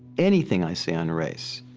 anything i say on race,